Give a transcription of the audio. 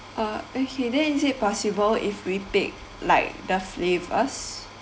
uh okay then is it possible if we pick like the flavours